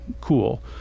cool